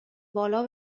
بالا